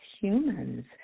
humans